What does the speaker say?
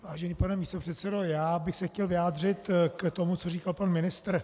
Vážený pane místopředsedo, já bych se chtěl vyjádřit k tomu, co říkal pan ministr.